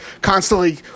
Constantly